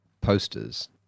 posters